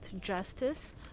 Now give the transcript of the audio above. justice